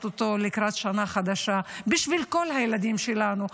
לקראת השנה החדשה בשביל כל הילדים שלנו,